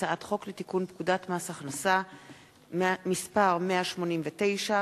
הצעת חוק לתיקון פקודת מס הכנסה (מס' 189),